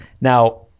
now